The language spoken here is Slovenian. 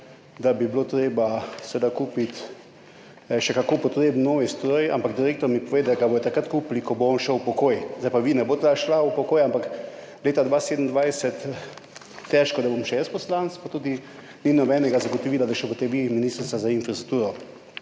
da bi bilo treba seveda kupiti še kako potreben nov stroj, ampak direktor mi pove, da ga bodo kupili, takrat ko bo on šel v pokoj. Zdaj pa vi ne boste šli v pokoj, ampak leta 2027 težko, da bom še jaz poslanec, pa tudi ni nobenega zagotovila, da boste vi še ministrica za infrastrukturo.